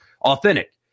authentic